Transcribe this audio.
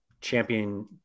champion